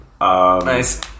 Nice